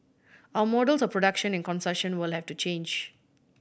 our models of production and consumption will have to change